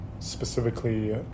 specifically